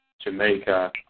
Jamaica